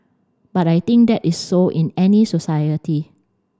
but I think that is so in any society